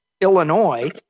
Illinois